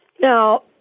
Now